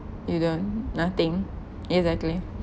you don't nothing exactly